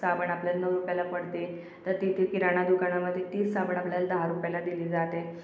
साबण आपल्याला नऊ रुपयाला पडते तर तिथे किराणा दुकानामध्ये तीच साबण आपल्याला दहा रुपयाला दिली जाते